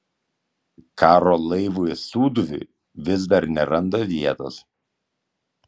karo laivui sūduviui vis dar neranda vietos